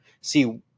See